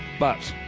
but,